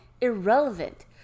irrelevant